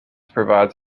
provides